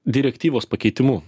direktyvos pakeitimu